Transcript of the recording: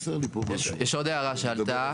יש עוד הערה שעלתה.